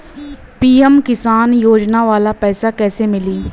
PM Kisan योजना वाला पैसा कईसे मिली?